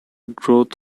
growth